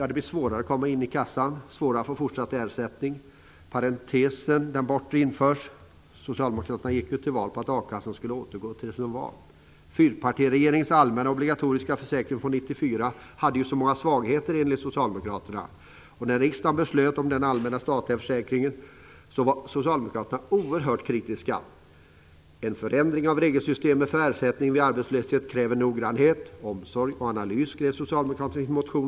Det blir svårare att komma in i kassan och svårare att få fortsatt ersättning. Den bortre parentesen införs. Socialdemokraterna gick ju till val på att a-kassan skulle återgå till det som varit. Fyrpartiregeringens allmänna obligatoriska försäkring från 94 hade så många svagheter, enligt socialdemokraterna. När riksdagen beslöt om den allmänna statliga försäkringen var Socialdemokraterna oerhört kritiska. En förändring av regelsystemet för ersättning vid arbetslöshet kräver noggrannhet, omsorg och analys, skrev Socialdemokraterna i sin motion.